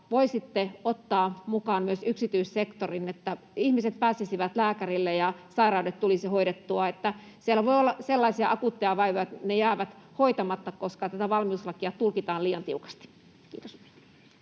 voisitte ottaa mukaan myös yksityissektorin, että ihmiset pääsisivät lääkärille ja sairaudet tulisi hoidettua? Siellä voi olla sellaisia akuutteja vaivoja, että ne jäävät hoitamatta, koska tätä valmiuslakia tulkitaan liian tiukasti. — Kiitos.